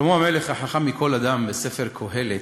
שלמה המלך, החכם מכל אדם, בספר קהלת,